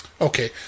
okay